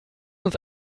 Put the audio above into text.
uns